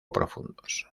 profundos